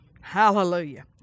hallelujah